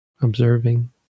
observing